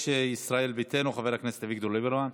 יושב-ראש ישראל ביתנו חבר הכנסת אביגדור ליברמן.